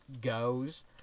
goes